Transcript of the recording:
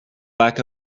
lack